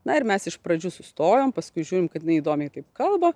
na ir mes iš pradžių sustojom paskui žiūrim kad jinai įdomiai taip kalba